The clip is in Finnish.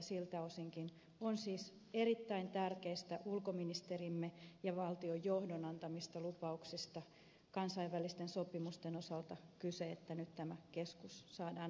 siltä osinkin on siis kyse erittäin tärkeistä ulkoministerimme ja valtion johdon antamista lupauksista kansainvälisten sopimusten osalta että nyt tämä keskus saadaan aikaiseksi